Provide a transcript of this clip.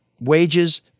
wages